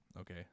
Okay